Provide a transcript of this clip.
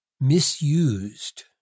misused